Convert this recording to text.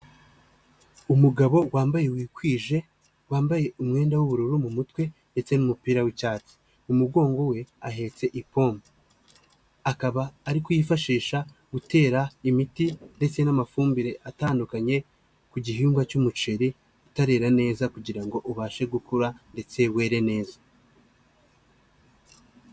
Umugabo wambaye wikwije, wambaye umwenda w'ubururu mu mutwe ndetse n'umupira w'icyatsi . Mu mugongo we ahetse ipombo. Akaba ari kuyifashisha gutera imiti ndetse n'amafumbire atandukanye ku gihingwa cy'umuceri utarera neza kugira ngo ubashe gukura ndetse were neza.